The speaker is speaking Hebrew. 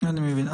אני מבין.